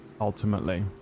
ultimately